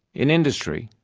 in industry,